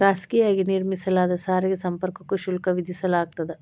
ಖಾಸಗಿಯಾಗಿ ನಿರ್ಮಿಸಲಾದ ಸಾರಿಗೆ ಸಂಪರ್ಕಕ್ಕೂ ಶುಲ್ಕ ವಿಧಿಸಲಾಗ್ತದ